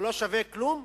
לא שווים כלום?